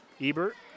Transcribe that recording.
Ebert